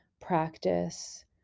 practice